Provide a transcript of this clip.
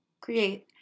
create